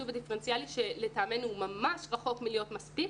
הדיפרנציאלי - שלטעמנו הוא ממש רחוק מלהיות מספיק